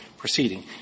proceeding